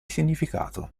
significato